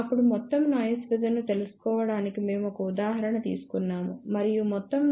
అప్పుడు మొత్తం noise figure ను తెలుసుకోవడానికి మేము ఒక ఉదాహరణ తీసుకున్నాము మరియు మొత్తం నాయిస్ ఫిగర్ 2